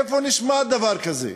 איפה נשמע דבר כזה?